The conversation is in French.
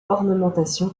ornementation